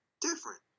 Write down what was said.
different